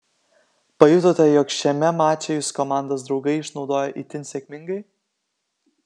pajutote jog šiame mače jus komandos draugai išnaudojo itin sėkmingai